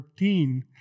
14